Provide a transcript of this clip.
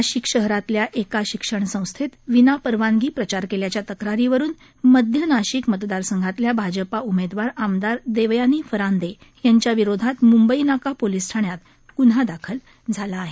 नाशिक शहरातल्या एका शिक्षण संस्थेत विनापरवानगी प्रचार केल्याच्या तक्रारीवरून मध्य नाशिक मतदार संघातल्या भाजपा उमेदवार आमदार देवयानी रांदे यांच्या विरोधात मुंबईनाका पोलीस ठाण्यात गुन्हा दाखल झाला आहे